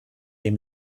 dem